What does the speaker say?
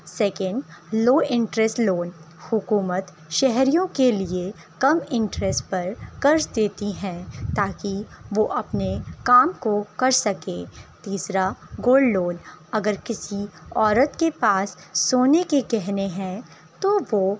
second low interest loan حکومت شہریوں کے لیے کم انٹرسٹ پر قرض دیتی ہیں تاکہ وہ اپنے کام کو کر سکیں تیسرا گولڈ لون اگر کسی عورت کے پاس سونے کے گہنے ہیں تو وہ